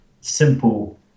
simple